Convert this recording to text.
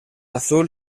azul